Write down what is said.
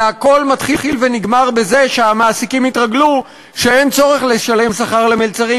זה הכול מתחיל ונגמר בזה שהמעסיקים התרגלו שאין צורך לשלם שכר למלצרים,